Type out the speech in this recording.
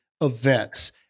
events